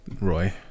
Roy